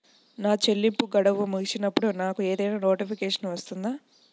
నా చెల్లింపు గడువు ముగిసినప్పుడు నాకు ఏదైనా నోటిఫికేషన్ వస్తుందా?